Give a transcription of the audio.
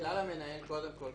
קודם כל,